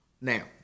Now